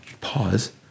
pause